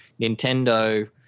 Nintendo